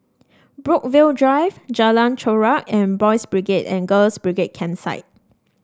Brookvale Drive Jalan Chorak and Boys' Brigade and Girls' Brigade Campsite